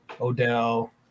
Odell